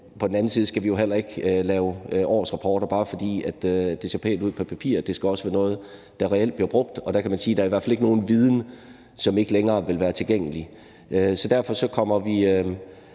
på den anden side skal vi jo heller ikke lave årsrapporter, bare fordi det ser pænt ud på papiret. Det skal også være noget, der reelt bliver brugt, og der kan man sige, at der i hvert fald ikke er nogen viden, som ikke længere vil være tilgængelig. Derfor er vi